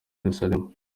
yeruzalemu